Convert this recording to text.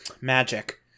Magic